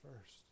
first